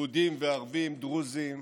יהודים וערבים, דרוזים,